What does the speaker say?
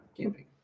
camping